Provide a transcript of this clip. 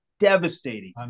devastating